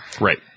Right